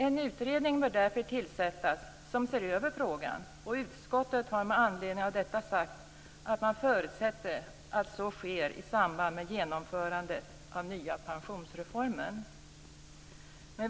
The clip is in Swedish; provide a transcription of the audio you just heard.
En utredning bör därför tillsättas som ser över frågan. Utskottet har med anledning av detta sagt att man förutsätter att detta sker i samband med genomförandet av den nya pensionsreformen.